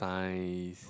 science